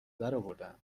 درآوردن